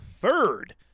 third